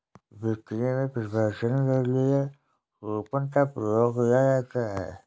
बिक्री में प्रमोशन के लिए कूपन का प्रयोग किया जाता है